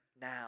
now